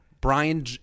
Brian